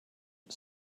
you